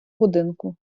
будинку